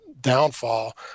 downfall